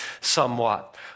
somewhat